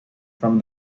from